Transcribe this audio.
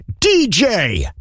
DJ